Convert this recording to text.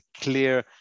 clear